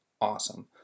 awesome